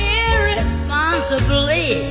irresponsibly